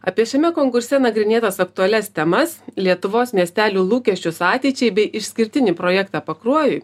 apie šiame konkurse nagrinėtas aktualias temas lietuvos miestelių lūkesčius ateičiai bei išskirtinį projektą pakruojui